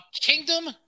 Kingdom